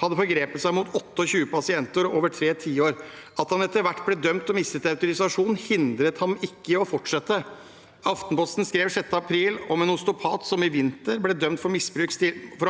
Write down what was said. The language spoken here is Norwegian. hadde forgrepet seg mot 28 pasienter over tre tiår. At han etter hvert ble dømt til å miste autorisasjonen, hindret ham ikke i å fortsette. Aftenposten skrev den 6. april om en osteopat som i vinter ble dømt for å